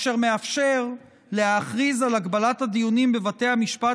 דבר אשר מאפשר להכריז על הגבלת הדיונים בבתי המשפט